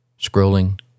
scrolling